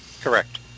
Correct